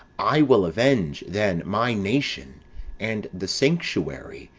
i will avenge then my nation and the sanctuary,